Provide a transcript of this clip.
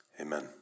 Amen